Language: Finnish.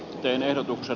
teen ehdotuksen